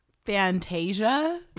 Fantasia